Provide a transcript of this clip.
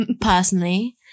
personally